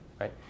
right